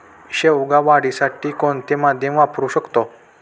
शेवगा वाढीसाठी कोणते माध्यम वापरु शकतो?